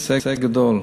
הישג גדול.